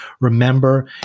Remember